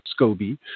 SCOBY